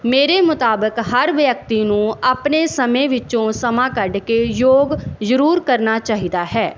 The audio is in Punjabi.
ਮੇਰੇ ਮੁਤਾਬਿਕ ਹਰ ਵਿਅਕਤੀ ਨੂੰ ਆਪਣੇ ਸਮੇਂ ਵਿੱਚੋਂ ਸਮਾਂ ਕੱਢ ਕੇ ਯੋਗ ਜ਼ਰੂਰ ਕਰਨਾ ਚਾਹੀਦਾ ਹੈ